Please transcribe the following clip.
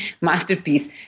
masterpiece